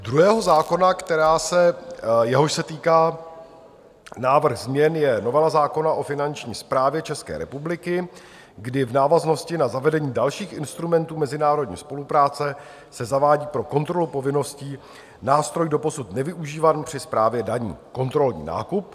Druhý zákon, jehož se týká návrh změn, je novela zákona o finanční správě České republiky, kdy v návaznosti na zavedení dalších instrumentů mezinárodní spolupráce se zavádí pro kontrolu povinností nástroj doposud nevyužívaný při správě daní, kontrolní nákup.